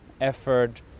effort